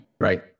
Right